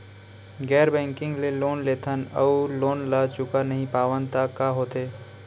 गैर बैंकिंग ले लोन लेथन अऊ लोन ल चुका नहीं पावन त का होथे?